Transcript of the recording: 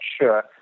sure